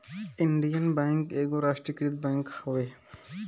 Indian bank एगो राष्ट्रीयकृत bank हवे